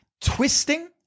Twisting